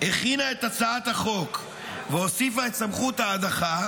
הכינה את הצעת החוק והוסיפה את סמכות ההדחה,